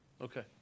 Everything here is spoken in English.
Okay